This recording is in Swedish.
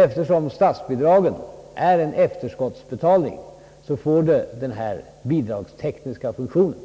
Eftersom statsbidraget är en efterskottsbetalning, får det den här bidragstekniska funktionen.